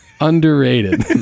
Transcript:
underrated